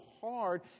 hard